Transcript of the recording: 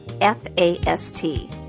F-A-S-T